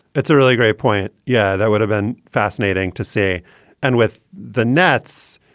it's a really great point. yeah, that would have been fascinating to see and with the nets,